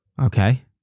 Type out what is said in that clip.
Okay